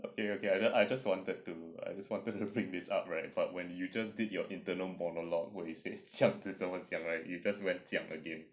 okay okay I I just wanted to I just wanted to bring this up right but when you just did your internal monologue where you says 这样子怎么讲 right you just went 讲 again